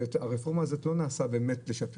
שהרפורמה הזאת לא נעשתה באמת כדי לשפר